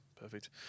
Perfect